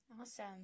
Awesome